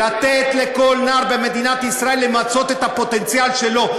לתת לכל נער במדינת ישראל למצות את הפוטנציאל שלו,